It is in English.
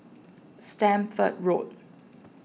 Stamford Road